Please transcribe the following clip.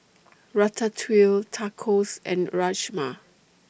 Ratatouille Tacos and Rajma